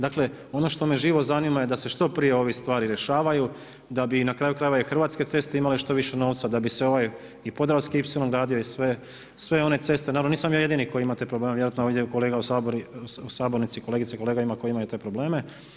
Dakle ono što me živo zanima je da se što prije ove stvari rješavaju da bi i na kraju krajeva i Hrvatske ceste imale što više novca, da bi se ovaj i Podravski ipsilon radio i sve one ceste, naravno nisam ja jedini koji imate probleme, vjerojatno ovdje kolega u sabornici, kolegica i kolege imaju koji imaju te probleme.